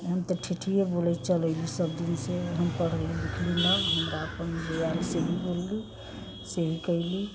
हम तऽ ठेठिए बोलैत चलि एली सभदिनसँ हम पढ़ली लिखली न हमरा हम अपन दिमागसँ ही बोलली से ही कयली